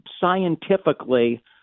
scientifically